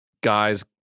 guys